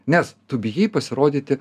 nes tu bijai pasirodyti